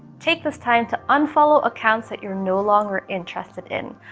take this time to unfollow accounts that you're no longer interested in.